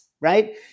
right